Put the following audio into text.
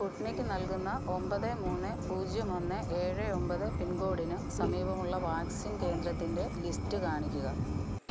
Sputnik നൽകുന്ന ഒമ്പത് മുന്ന് പൂജ്യം ഒന്ന് ഏഴ് ഒമ്പത് പിൻകോഡിന് സമീപമുള്ള വാക്സിൻ കേന്ദ്രത്തിൻ്റെ ലിസ്റ്റ് കാണിക്കുക